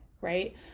right